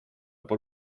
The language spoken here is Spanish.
por